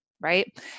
Right